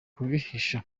kubihisha